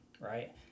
right